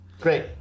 Great